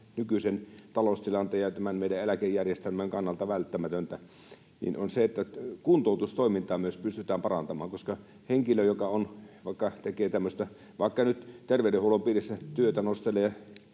nykyisen taloustilanteen ja tämän meidän eläkejärjestelmämme kannalta välttämätöntä — myös kuntoutustoimintaa pystytään parantamaan, koska jos henkilö tekee vaikka terveydenhuollon piirissä työtä, nostelee,